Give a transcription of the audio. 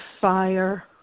fire